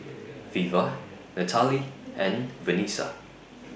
Veva Natalee and Vanessa